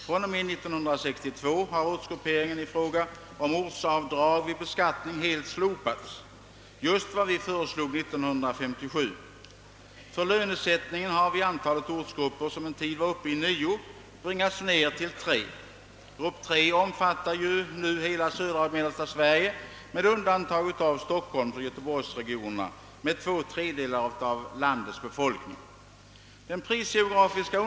Från och med 1962 har ortsgrupperingen i fråga om ortsavdrag vid beskattning helt slopats. Det är just vad vi föreslog 1957. För lönesättningen har antalet ortsgrupper, som en tid var uppe i nio, bringats ned till tre. Grupp 3 omfattar nu hela södra och mellersta Sverige med undantag av Stockholmsoch Göteborgsregionerna med två tredjedelar av landets befolkning.